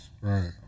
Right